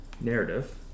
narrative